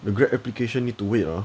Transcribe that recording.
the Grab application need to wait ah